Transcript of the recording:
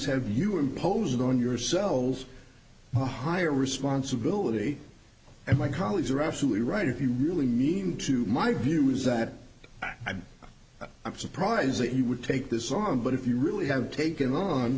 have you impose it on yourselves a higher responsibility and my colleagues are absolutely right if you really needed to my view is that i'm i'm surprised that he would take this on but if you really have taken on